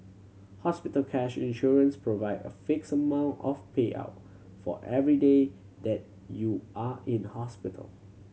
hospital cash insurance provide a fixed amount of payout for every day that you are in hospital